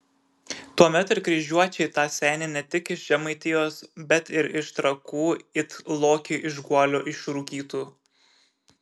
tuomet ir kryžiuočiai tą senį ne tik iš žemaitijos bet ir iš trakų it lokį iš guolio išrūkytų